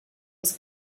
was